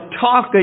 talk